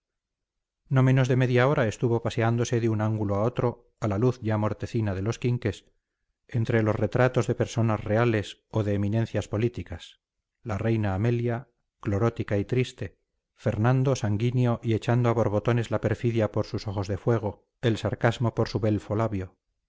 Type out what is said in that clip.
no menos de media hora estuvo paseándose de un ángulo a otro a la luz ya mortecina de los quinqués entre los retratos de personas reales o de eminencias políticas la reina amelia clorótica y triste fernando sanguíneo y echando a borbotones la perfidia por sus ojos de fuego el sarcasmo por su belfo labio